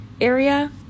area